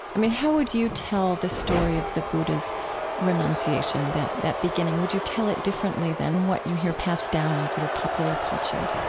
i mean, how would you tell the story of the buddha's renunciation, that that beginning? would you tell it differently than what you hear passed down in sort of popular culture?